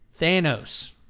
Thanos